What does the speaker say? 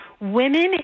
Women